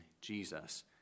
Jesus